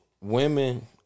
Women